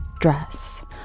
dress